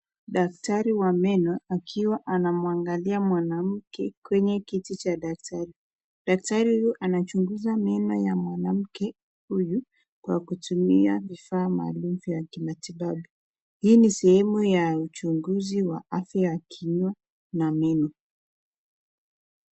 Daktari wa meno akiwa anamwangalia mwanamke kwenye kiti cha daktari. Daktari huyu anachunguza meno ya mwanamke huyu, kwa kutumia vifaa maalum vya kimatibabu. Hii ni sehemu ya uchunguzi wa afya ya kinywa na meno.